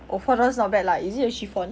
oh four dollars not bad lah is it a chiffon